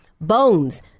bones